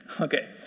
Okay